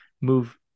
move